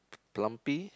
plumpy